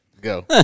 go